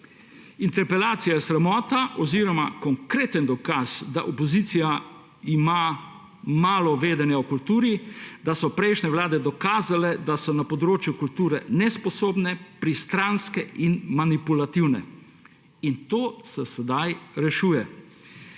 Interpelacija je sramota oziroma konkreten dokaz, da ima opozicija malo vedenja o kulturi, da so prejšnje vlade dokazale, da so na področju kulture nesposobne, pristranske in manipulativne. In to se sedaj rešuje.